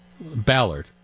Ballard